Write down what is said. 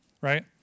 right